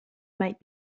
might